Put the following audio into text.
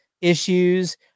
issues